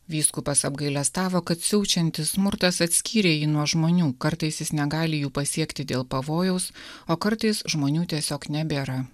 vyskupas apgailestavo kad siaučiantis smurtas atskyrė jį nuo žmonių kartais jis negali jų pasiekti dėl pavojaus o kartais žmonių tiesiog nebėra